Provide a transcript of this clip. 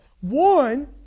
One